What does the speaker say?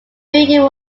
building